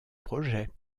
projet